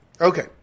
Okay